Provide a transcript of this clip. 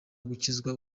gukizwa